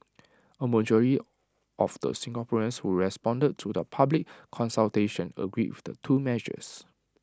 A majority of the Singaporeans who responded to the public consultation agreed with the two measures